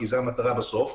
כי זו המטרה בסוף,